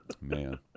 man